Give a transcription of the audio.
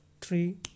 three